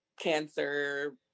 Cancer